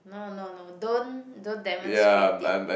no no no don't don't demonstrate it